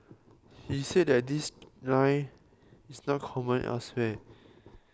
he said that this night is not common elsewhere